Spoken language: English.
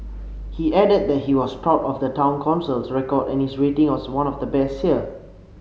he added that he was proud of the Town Council's record and its rating as one of the best here